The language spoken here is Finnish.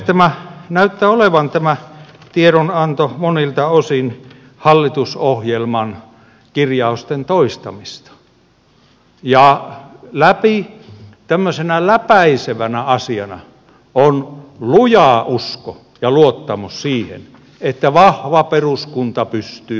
tämä tiedonanto näyttää olevan monilta osin hallitusohjelman kirjausten toistamista ja tämmöisenä läpäisevänä asiana on luja usko ja luottamus siihen että vahva peruskunta pystyy hoitamaan kaikki